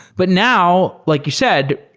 but now, like you said,